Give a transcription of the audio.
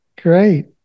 great